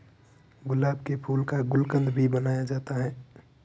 गुलाब के फूल का गुलकंद भी बनाया जाता है